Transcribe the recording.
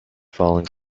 falling